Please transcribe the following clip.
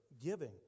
giving